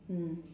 mm